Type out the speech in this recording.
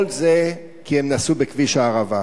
כל זה כי הם נסעו בכביש הערבה.